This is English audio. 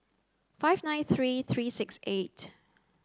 five nine three three six eight